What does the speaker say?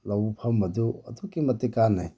ꯂꯧꯐꯝ ꯑꯗꯨ ꯑꯗꯨꯛꯀꯤ ꯃꯇꯤꯛ ꯀꯥꯟꯅꯩ